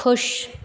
ख़ुश